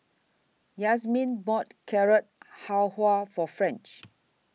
Yazmin bought Carrot Halwa For French